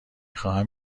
خواهم